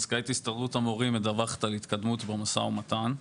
מזכ"לית הסתדרות המורים מדווחת על התקדמות במשא ומתן.